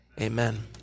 Amen